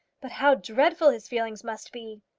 but how dreadful his feelings must be!